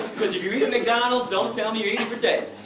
cause if you eat at mcdonald's, don't tell me you're eating for taste!